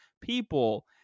people